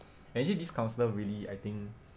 and actually this counsellor really I think